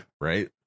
right